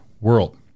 world